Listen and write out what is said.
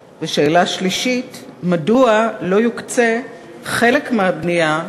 3. מדוע לא יוקצה חלק מהבנייה,